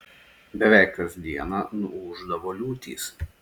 beveik kas dieną nuūždavo liūtys